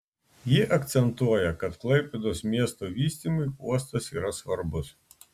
ji akcentuoja kad klaipėdos miesto vystymui uostas yra svarbus